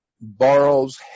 borrows